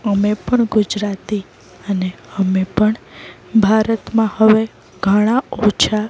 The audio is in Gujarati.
અમે પણ ગુજરાતી અને અમે પણ ભારતમાં હવે ઘણા ઓછા